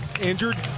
injured